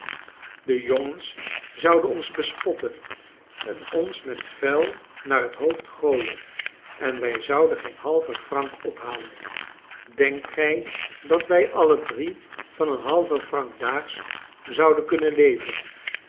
de jongens zouden ons bespotten en ons met vuil naar het hoofd gooien en wij zouden geen halven franc ophalen denkt gij dat wij alle drie van een halven franc daags zouden kunnen leven